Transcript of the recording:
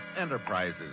Enterprises